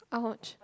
!ouch!